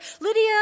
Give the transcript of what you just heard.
Lydia